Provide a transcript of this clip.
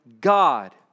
God